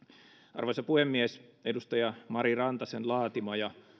arvoisa puhemies edustaja mari rantasen laatima ja